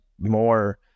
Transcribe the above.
more